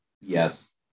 Yes